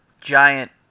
giant